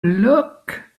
look